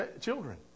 children